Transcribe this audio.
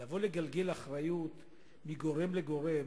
לבוא ולגלגל אחריות מגורם לגורם,